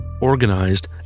organized